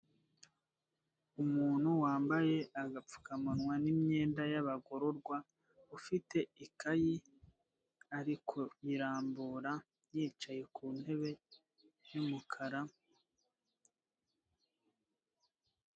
Umuntu wambaye agapfukamunwa n'imyenda y'abagororwa, ufite ikayi arikuyirambura yicaye ku ntebe y'umukara.